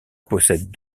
possède